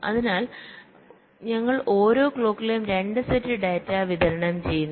അതിനാൽ ഞങ്ങൾ ഓരോ ക്ലോക്കിലും 2 സെറ്റ് ഡാറ്റ വിതരണം ചെയ്യുന്നു